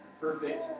perfect